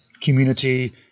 community